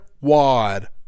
wad